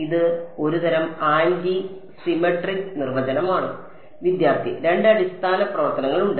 ഇത് ഒരുതരം anti symmetric നിർവചനമാണ് വിദ്യാർത്ഥി രണ്ട് അടിസ്ഥാന പ്രവർത്തനങ്ങൾ ഉണ്ട്